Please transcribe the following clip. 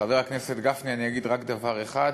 חבר הכנסת גפני, אני אגיד רק דבר אחד: